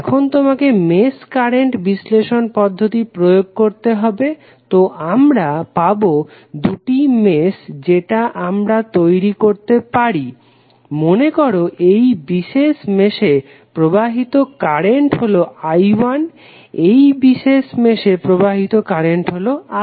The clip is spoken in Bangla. এখন তোমাকে মেশ কারেন্ট বিশ্লেষণ পদ্ধতি প্রয়োগ করতে হবে তো আমরা পাবো দুটি মেশ যেটা আমরা তৈরি করতে পারি মনে করো এই বিশেষ মেশে প্রবাহিত কারেন্ট হলো I1 এই বিশেষ মেশে প্রবাহিত কারেন্ট হলো I2